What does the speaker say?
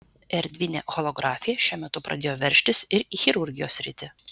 erdvinė holografija šiuo metu pradėjo veržtis ir į chirurgijos sritį